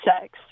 sex